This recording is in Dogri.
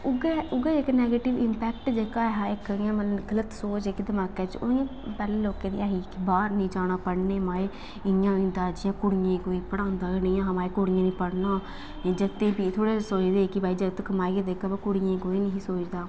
उऐ उऐ इक नैगेटिव इम्पैक्ट जेह्का ऐ हा इक जि'यां मतलब गलत सोच इक दमाकै च पैह्लें लोकें दी ऐ ही बाहर निं जाना पढ़ने ई माए इं'या होंदा जि'यां कुड़ियें गी कोई पढ़ांदा नेईं हा माए कुड़ियें निं पढ़ना जागतै बी थोह्ड़ा सोचदे हे की भाई जागत कमाइयै देग पर कुड़ियें ईं कोई निं हा सोचदा